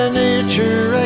nature